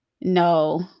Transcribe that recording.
no